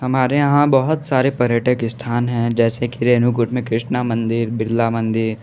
हमारे यहाँ बहुत सारे पर्यटक स्थान हैं जैसे कि रेणुकूट में कृष्ण मंदिर बिरला मंदिर